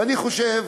ואני חושב,